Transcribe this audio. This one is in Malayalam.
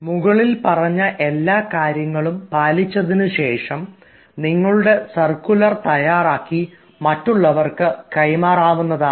മുകളിൽ പറഞ്ഞ കാര്യങ്ങളെല്ലാം പാലിച്ചതിനുശേഷം നിങ്ങളുടെ സർക്കുലർ തയ്യാറാക്കി മറ്റുള്ളവർക്ക് കൈമാറാവുന്നതാണ്